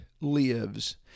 lives